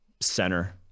center